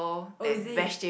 oh is it